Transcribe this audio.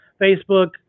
Facebook